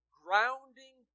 grounding